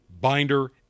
binder